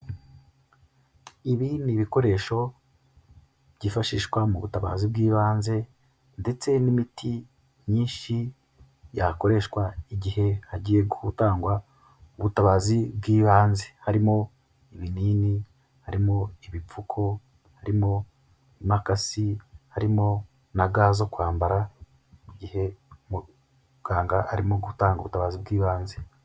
Ibi ni ibikoresho byifashishwa mu butabazi bw'ibanze, ndetse n'imiti myinshi yakoreshwa igihe hagiye gutangwa ubutabazi bw'ibanze, harimo ibinini, ,harimo ibipfuko, harimo imakasi, harimo na ga zo kwambara igihe muganga arimo gutanga ubutabazi bw'ibanze.